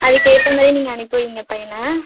அதுக்கேத்தமாதிரி நீங்கள் அனுப்பி வைங்க பையனை